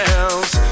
else